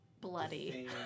Bloody